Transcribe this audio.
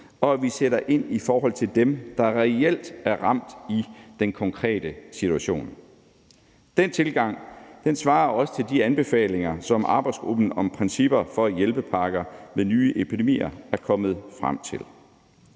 og at vi sætter ind i forhold til dem, der reelt er ramt i den konkrete situation. Den tilgang svarer også til de anbefalinger, som arbejdsgruppen om principper for hjælpepakker ved nye epidemier er kommet frem til.